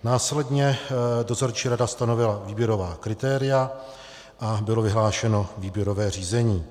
Následně dozorčí rada stanovila výběrová kritéria a bylo vyhlášeno výběrové řízení.